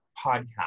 podcast